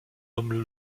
homme